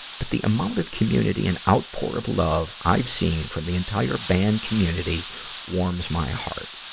but the amount of community and outpour of love i've seen from the entire band community warms my heart.